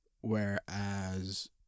whereas